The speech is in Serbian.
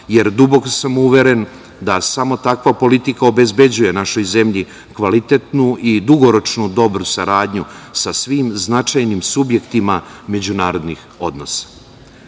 jer duboko sam uveren da samo takva politika obezbeđuje našoj zemlji kvalitetnu i dugoročnu saradnju sa svim značajnim subjektima međunarodnih